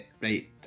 right